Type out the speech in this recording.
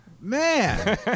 Man